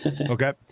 Okay